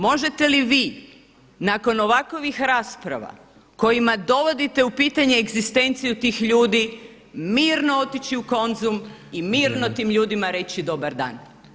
Možete li vi nakon ovakovih rasprava kojima dovodite u pitanje egzistenciju tih ljudi mirno otići u Konzum i mirno tim ljudima reći dobar dan?